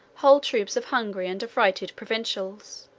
whole troops of hungry and affrighted provincials,